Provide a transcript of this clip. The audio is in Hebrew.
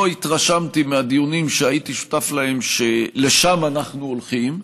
שלא התרשמתי מהדיונים שהייתי שותף להם שלשם אנחנו הולכים,